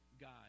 God